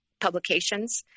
publications